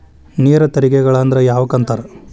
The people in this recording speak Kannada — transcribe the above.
ನೇರ ತೆರಿಗೆಗಳ ಅಂದ್ರ ಯಾವಕ್ಕ ಅಂತಾರ